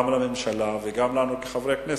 גם לממשלה וגם לנו כחברי הכנסת,